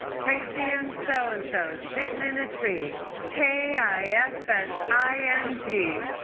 tracy and so and so, sitting in a tree, k i s s i n g,